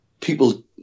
people